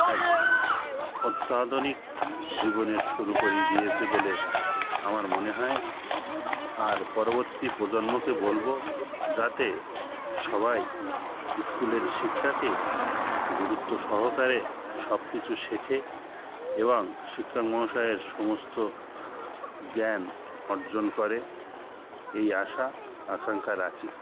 এক অত্যাধুনিক জীবনের শুরু করিয়ে দিয়েছে বলে আমার মনে হয় আর পরবর্তী প্রজন্মকে বলব যাতে সবাই স্কুলের শিক্ষাকে গুরুত্ব সহকারে সব কিছু শেখে এবং শিক্ষক মহাশয়ের সমস্ত জ্ঞান অর্জন করে এই আশা আকাঙ্ক্ষা রাখি